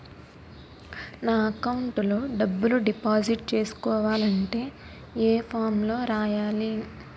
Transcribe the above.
నా అకౌంట్ లో డబ్బులు డిపాజిట్ చేసుకోవాలంటే ఏ ఫామ్ లో రాయాలి?